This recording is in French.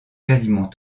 quasiment